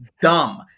dumb